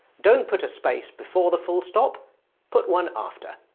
don't put a space before the full stop put one after.